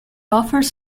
offers